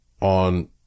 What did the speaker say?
on